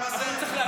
אבל הוא צריך להשיב.